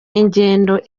ingendo